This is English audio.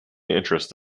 interest